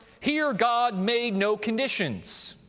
here god made no conditions.